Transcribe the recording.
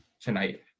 tonight